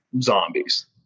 zombies